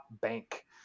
Bank